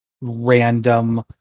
random